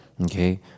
okay